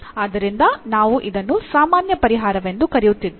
ಆದ್ದರಿಂದ ನಾವು ಇದನ್ನು ಸಾಮಾನ್ಯ ಪರಿಹಾರವೆಂದು ಕರೆಯುತ್ತಿದ್ದೇವೆ